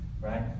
right